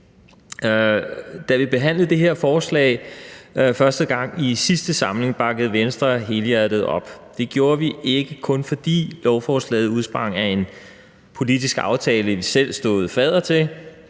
Da vi behandlede det her forslag første gang i sidste samling, bakkede Venstre helhjertet op. Det gjorde vi ikke kun, fordi lovforslaget udsprang af en politisk aftale, vi selv stod fadder til,